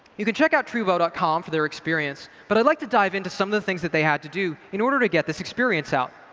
you can check out treebo dot com for their experience. but i'd like to dive into some of the things that they had to do in order to get this experience out.